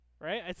right